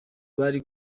bari